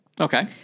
Okay